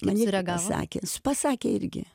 man irgi pasakęs pasakė irgi